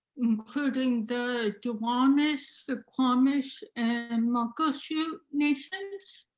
including the duwamish, suquamish, and muckleshoot nations.